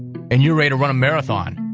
and you're ready to run a marathon.